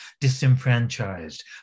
disenfranchised